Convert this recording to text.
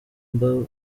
mba